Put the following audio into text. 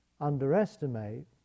underestimate